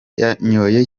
yanyoye